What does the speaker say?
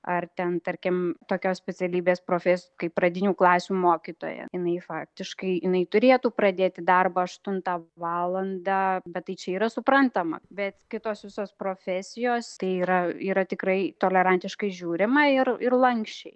ar ten tarkim tokios specialybės profes kaip pradinių klasių mokytoja jinai faktiškai jinai turėtų pradėti darbą aštuntą valandą bet tai čia yra suprantama bet kitos visos profesijos tai yra yra tikrai tolerantiškai žiūrima ir ir lanksčiai